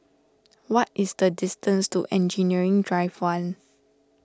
what is the distance to Engineering Drive one